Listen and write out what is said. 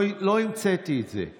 לא המצאתי את זה.